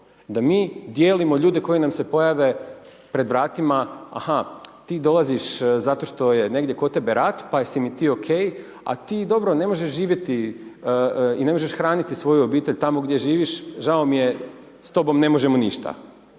da mi dijelimo ljude koji nam se pojave pred vratima, aha ti dolaziš zato što je negdje kod tebe rat pa si mi ti okej, a ti, dobro, ne možeš živjeti i ne možeš hraniti svoju obitelj tamo gdje živiš, žao mi je, s tobom ne možemo ništa.